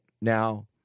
now